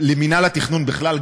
למינהל התכנון בכלל,